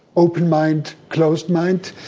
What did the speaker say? open mind, closed mind.